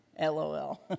LOL